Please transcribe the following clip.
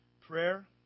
Prayer